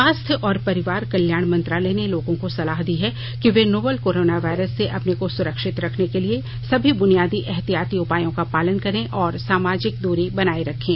स्वास्थ्य और परिवार कल्याण मंत्रालय ने लोगों को सलाह दी है कि वे नोवल कोरोना वायरस से अपने को सुरक्षित रखने के लिए सभी बुनियादी एहतियाती उपायों का पालन करें और सामाजिक दूरी बनाए रखें